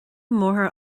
máthair